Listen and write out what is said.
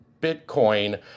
Bitcoin